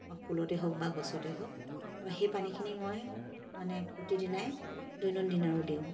ফুলতে হওক বা গছতেই হওক তাৰ পৰা সেই পানীখিনি মই মানে প্ৰতিদিনাই দৈনন্দিন আৰু দিওঁ